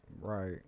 right